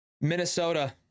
Minnesota